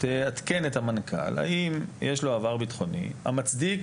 תעדכן את המנכ"ל האם יש לו עבר ביטחוני המצדיק